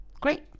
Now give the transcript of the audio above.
great